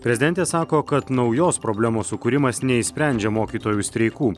prezidentė sako kad naujos problemos sukūrimas neišsprendžia mokytojų streikų